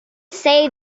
say